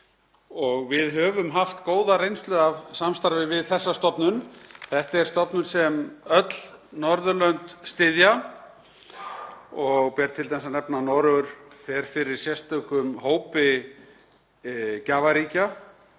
og við höfum haft góða reynslu af samstarfi við þessa stofnun. Þetta er stofnun sem öll Norðurlönd styðja og ber t.d. að nefna að Noregur fer fyrir sérstökum hópi gjafaríkja